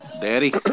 Daddy